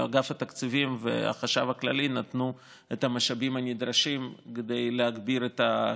ואגף התקציבים והחשב הכללי נתנו את המשאבים הנדרשים כדי להגביר את הקצב.